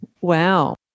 wow